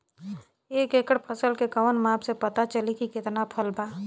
एक एकड़ फसल के कवन माप से पता चली की कितना फल बा?